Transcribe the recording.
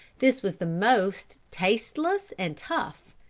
this was the most tasteless and tough.